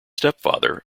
stepfather